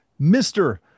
Mr